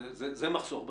זה מחסור בחלב.